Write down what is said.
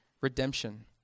redemption